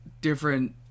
different